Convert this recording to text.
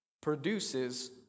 produces